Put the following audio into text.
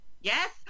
Yes